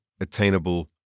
attainable